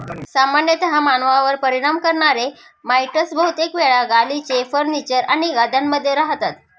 सामान्यतः मानवांवर परिणाम करणारे माइटस बहुतेक वेळा गालिचे, फर्निचर आणि गाद्यांमध्ये रहातात